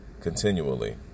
continually